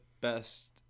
best